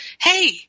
hey